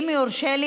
אם יורשה לי,